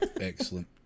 Excellent